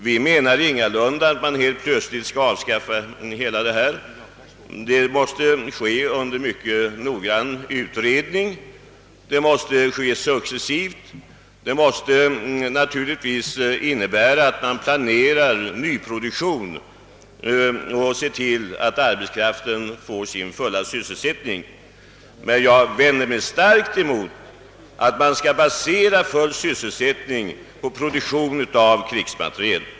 Vi menar ingalunda att man helt plötsligt skall avskaffa alltihop, utan det måste ske efter mycket noggrann utredning. Naturligtvis måste nyproduktion planeras så att arbetarna får sysselsättning. Jag vänder mig emellertid starkt emot att full sysselsättning skall baseras på produktion av krigsmateriel.